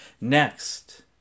Next